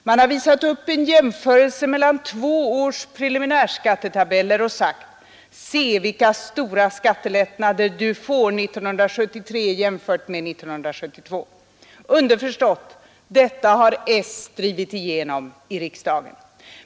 Man har gjort en jämförelse mellan två års preliminärskattetabeller och sagt: Se vilka stora skattelättnader du får 1973 jämfört med 1972! Underförstått: detta har drivit igenom i riksdagen.